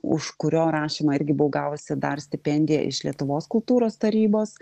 už kurio rašymą irgi buvau gavusi dar stipendiją iš lietuvos kultūros tarybos